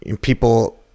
people